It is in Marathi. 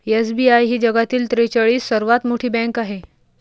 एस.बी.आय ही जगातील त्रेचाळीस सर्वात मोठी बँक आहे